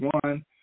one